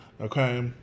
Okay